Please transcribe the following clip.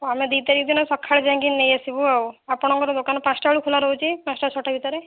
ହଁ ଆମେ ଦୁଇ ତାରିଖ ଦିନ ସକାଳେ ଯାଇକି ନେଇ ଆସିବୁ ଆଉ ଆପଣଙ୍କର ଦୋକାନ ପାଞ୍ଚଟା ବେଳୁ ଖୋଲା ରହୁଛି ପାଞ୍ଚଟା ଛଅଟା ଭିତରେ